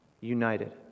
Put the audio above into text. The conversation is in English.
united